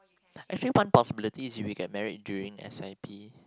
actually one possibility is if we get married during S_I_P